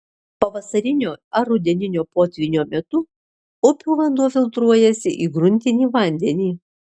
pavasarinio ar rudeninio potvynio metu upių vanduo filtruojasi į gruntinį vandenį